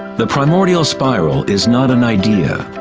the primordial spiral is not an idea,